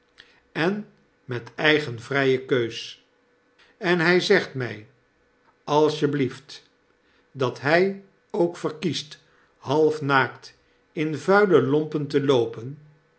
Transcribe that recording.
en met eigen vrye keus en hy zegt my als je blieft dat hy ook verkiest half naakt in vuile lompen te loopen